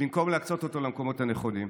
במקום להקצות אותו למקומות הנכונים.